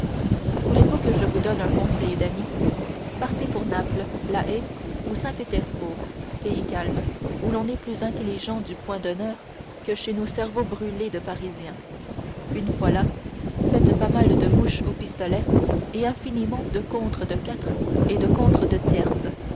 voulez-vous que je vous donne un conseil d'ami partez pour naples la haye ou saint-pétersbourg pays calmes où l'on est plus intelligent du point d'honneur que chez nos cerveaux brûlés de parisiens une fois là faites pas mal de mouches au pistolet et infiniment de contres de quarte et de contres de tierce